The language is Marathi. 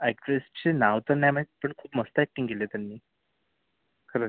अॅक्ट्रेसचे नाव तर नाही माहीत पण मस्त अॅक्टिंग केली आहे त्यांनी खरंच